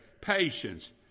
patience